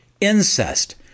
Incest